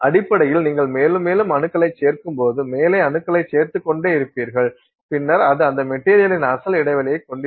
அடிப்படையில் நீங்கள் மேலும் மேலும் அணுக்களைச் சேர்க்கும்போது மேலே அணுக்களைச் சேர்த்துக் கொண்டே இருப்பீர்கள் பின்னர் அது அந்த மெட்டீரியலின் அசல் இடைவெளியைக் கொண்டிருக்கும்